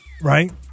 right